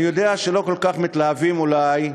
אני יודע שלא כל כך מתלהבים, אולי,